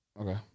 Okay